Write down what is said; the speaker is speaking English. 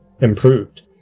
improved